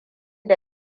da